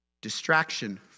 Distraction